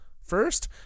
first